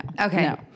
okay